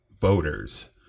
voters